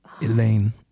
Elaine